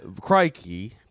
crikey